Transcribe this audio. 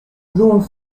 rûn